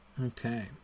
Okay